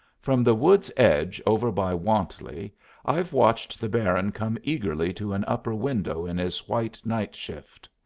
from the wood's edge over by wantley i've watched the baron come eagerly to an upper window in his white night-shift.